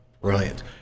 Brilliant